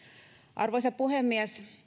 arvoisa puhemies